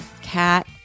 Cat